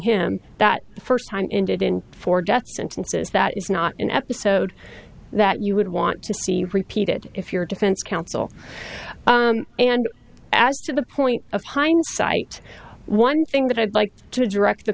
him that first time in did in four death sentences that is not an episode that you would want to see repeated if your defense counsel and as to the point of hindsight one thing that i'd like to direct